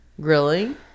Grilling